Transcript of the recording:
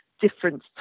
different